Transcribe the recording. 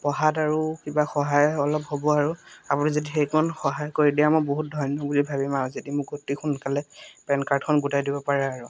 পঢ়াত আৰু কিবা সহায় অলপ হ'ব আৰু আপুনি যদি সেইকণ সহায় কৰি দিয়ে মই বহুত ধন্য বুলি ভাবিম আৰু যদি মোক অতি সোনকালে পেন কাৰ্ডখন গোটাই দিব পাৰে আৰু